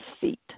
feet